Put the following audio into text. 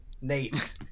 Nate